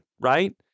right